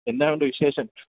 എന്നാ ഉണ്ട് വിശേഷം